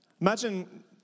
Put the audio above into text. imagine